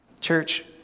Church